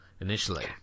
initially